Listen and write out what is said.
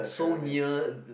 so near th~